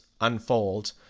unfold